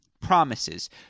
promises